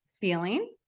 feeling